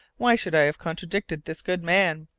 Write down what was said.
why should i have contradicted this good man?